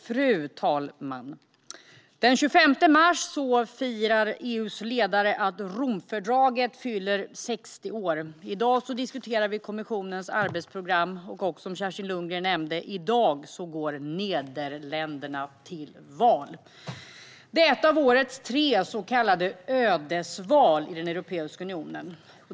Fru talman! Den 25 mars firar EU:s ledare att Romfördraget fyller 60 år. I dag diskuterar vi kommissionens arbetsprogram, och - som Kerstin Lundgren nämnde - i dag går Nederländerna till val. Det är ett av årets tre så kallade ödesval i Europeiska unionen.